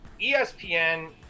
espn